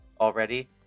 already